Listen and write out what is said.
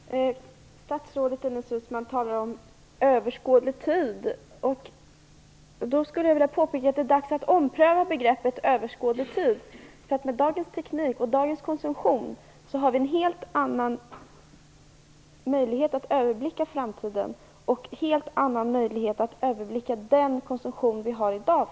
Fru talman! Statsrådet Ines Uusmann talade om överskådlig tid. Då skulle jag vilja påpeka att det är dags att ompröva begreppet överskådlig tid. Med dagens teknik och dagens konsumtion har vi en helt annan möjlighet att överblicka framtiden och den konsumtion som vi har i dag.